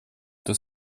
кто